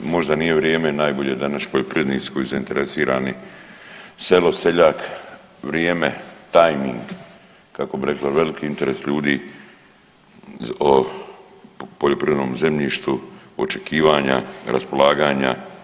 Možda nije vrijeme najbolje da naši poljoprivrednici koji su zainteresirani selo, seljak, vrijeme, tajming, kako bi rekli velik interes ljudi o poljoprivrednom zemljištu očekivanja, raspolaganja.